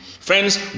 Friends